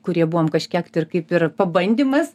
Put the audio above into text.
kurie buvom kažkiek tai ir kaip ir pabandymas